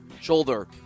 shoulder